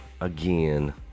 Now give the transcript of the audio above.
again